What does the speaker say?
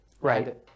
Right